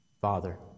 Father